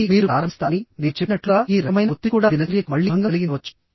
ఆపై మీరు ప్రారంభిస్తారని నేను చెప్పినట్లుగా ఈ రకమైన ఒత్తిడి కూడా దినచర్యకు మళ్లీ భంగం కలిగించవచ్చు